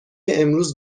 امروز